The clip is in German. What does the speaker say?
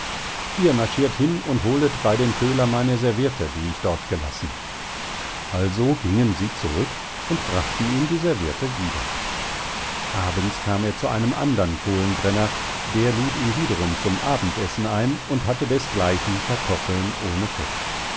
ihr marschirt hin und holet bei dem köhler meine serviette die ich dort gelassen also gingen sie zurück und brachten ihm die serviette wieder abends kam er zu einem andern kohlenbrenner der lud ihn wiederum zum abendessen ein und hatte deßgleichen kartoffeln ohne fett